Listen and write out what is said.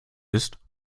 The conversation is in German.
ist